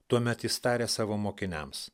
tuomet jis tarė savo mokiniams